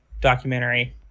documentary